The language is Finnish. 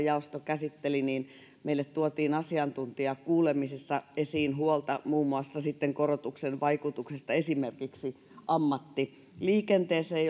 jaosto käsitteli tätä meille tuotiin asiantuntijakuulemisissa esiin huolta muun muassa korotuksen vaikutuksista esimerkiksi ammattiliikenteeseen